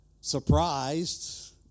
surprised